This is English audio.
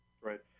Right